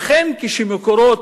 לכן, כש"מקורות"